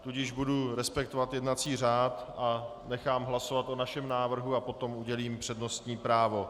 Tudíž budu respektovat jednací řád a nechám hlasovat o vašem návrhu a potom udělím přednostní právo.